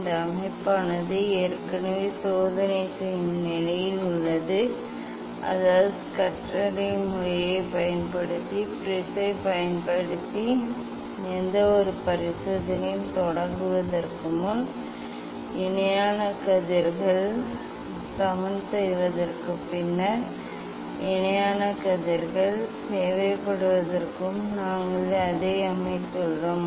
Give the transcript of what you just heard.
இந்த அமைப்பானது ஏற்கனவே சோதனை செய்யும் நிலையில் உள்ளது அதாவது ஸ்கஸ்டரின் முறையைப் பயன்படுத்துதல் முப்பட்டக கண்ணாடியை பயன்படுத்தி எந்தவொரு பரிசோதனையையும் தொடங்குவதற்கு முன் இணையான கதிர்கள் சமன் செய்வதற்கும் பின்னர் இணையான கதிர்கள் தேவைப்படுவதற்கும் நாங்கள் அதை அமைத்துள்ளோம்